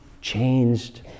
changed